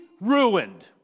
ruined